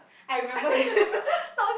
I remember that